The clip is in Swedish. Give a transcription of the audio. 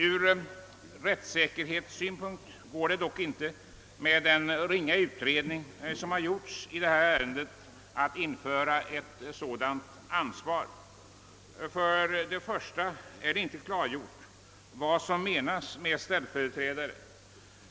Ur rättssäkerhetssynpunkt går det dock inte med den ringa utredning som har gjorts i detta ärende att införa ett sådant ansvar. Det är sålunda inte klargjort vad som menas med ställföreträdare.